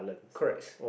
corrects